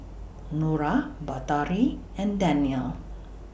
Nura Batari and Danial